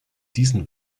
diesen